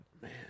Man